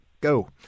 go